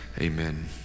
Amen